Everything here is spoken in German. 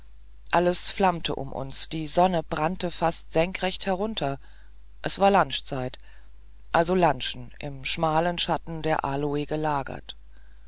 alles flammte um uns die sonne brannte fast senkrecht herunter es war lunchzeit also lunchen im schmalen schatten der aloe gelagert